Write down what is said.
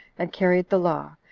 and carried the law,